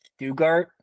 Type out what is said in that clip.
Dugart